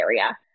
area